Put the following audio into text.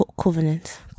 covenant